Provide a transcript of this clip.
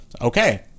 Okay